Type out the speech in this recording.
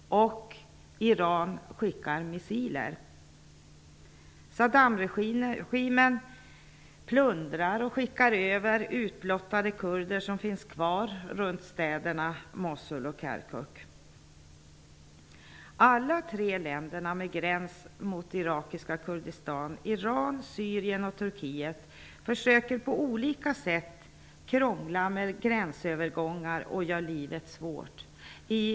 Iran skickar missiler. Saddamregimen plundrar och skickar över de utblottade kurder som finns kvar runt städerna Iran, Syrien och Turkiet, försöker på olika sätt att krångla med gränsövergångar och göra livet svårt för flyktingarna.